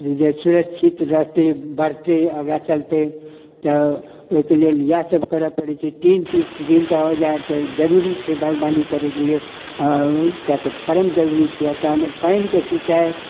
जे जे सुरछित रहतै बढ़तै आगाँ चलतै तऽ ओहिके लेल इएह सभ करऽ पड़ै छै तीन चीज तीनटा औजार तऽ जरूरी छै बागबानी करैके लेल किए तऽ परम जरूरी छै आ तहन पानिके सिंचाइ